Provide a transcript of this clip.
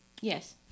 Yes